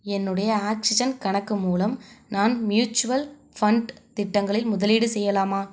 என்னுடைய ஆக்ஸிஜன் கணக்கு மூலம் நான் மியூச்சுவல் ஃபண்ட் திட்டங்களில் முதலீடு செய்யலாமா